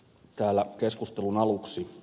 täällä keskustelun aluksi ed